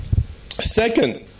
Second